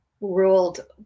ruled